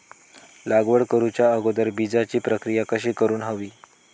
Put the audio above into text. लागवड करूच्या अगोदर बिजाची प्रकिया कशी करून हवी?